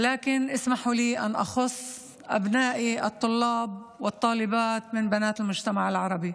אולם תרשו לי לברך במיוחד את הסטודנטים והסטודנטיות מהמגזר הערבי.